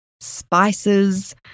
spices